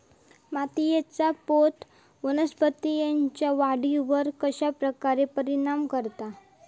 मातीएचा पोत वनस्पतींएच्या वाढीवर कश्या प्रकारे परिणाम करता?